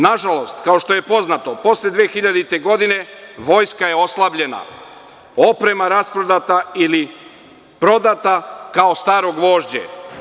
Nažalost, kao što je poznato posle 2000. godine, vojska je oslabljena, oprema rasprodata ili prodata kao staro gvožđe.